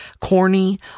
corny